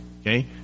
Okay